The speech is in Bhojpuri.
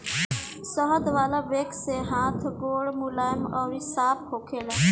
शहद वाला वैक्स से हाथ गोड़ मुलायम अउरी साफ़ होखेला